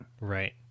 right